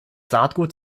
saatgut